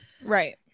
Right